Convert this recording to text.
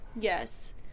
yes